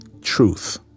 Truth